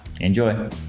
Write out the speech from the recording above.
Enjoy